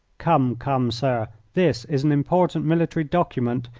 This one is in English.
come, come, sir, this is an important military document,